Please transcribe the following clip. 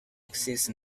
exist